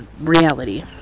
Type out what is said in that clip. reality